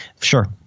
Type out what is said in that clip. Sure